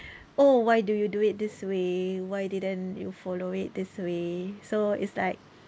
oh why do you do it this way why didn't you follow it this way so it's like